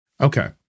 Okay